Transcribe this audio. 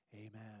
Amen